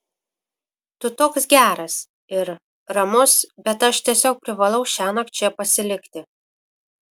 tu toks geras ir ramus bet aš tiesiog privalau šiąnakt čia pasilikti